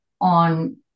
on